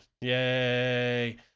Yay